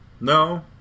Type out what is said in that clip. No